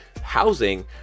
housing